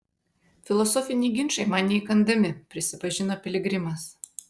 filosofiniai ginčai man neįkandami prisipažino piligrimas